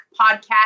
podcast